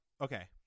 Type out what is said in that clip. okay